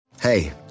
Hey